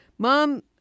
Mom